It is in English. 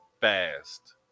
fast